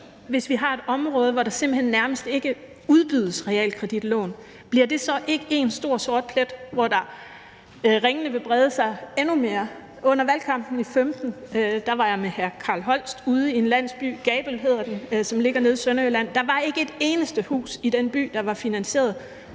hvis vi har et område, hvor der simpelt hen nærmest ikke udbydes realkreditlån, vil det så ikke blive en stor sort plet, hvor ringene vil brede sig endnu mere? Under valgkampen i 2015 var jeg med Carl Holst ude i en landsby – den hedder Gabøl og ligger i Sønderjylland – og der var blandt de senest solgte huse ikke et eneste hus i den by, der var finansieret